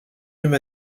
même